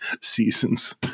seasons